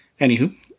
Anywho